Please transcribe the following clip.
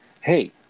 hey